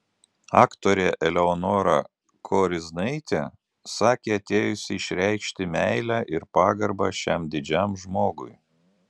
aktorė eleonora koriznaitė sakė atėjusi išreikšti meilę ir pagarbą šiam didžiam žmogui